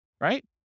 Right